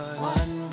one